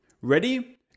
Ready